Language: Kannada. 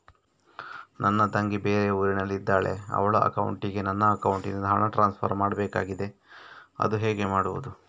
ನನ್ನ ತಂಗಿ ಬೇರೆ ಊರಿನಲ್ಲಿದಾಳೆ, ಅವಳ ಅಕೌಂಟಿಗೆ ನನ್ನ ಅಕೌಂಟಿನಿಂದ ಹಣ ಟ್ರಾನ್ಸ್ಫರ್ ಮಾಡ್ಬೇಕಾಗಿದೆ, ಅದು ಹೇಗೆ ಮಾಡುವುದು?